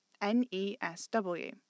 N-E-S-W